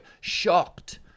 shocked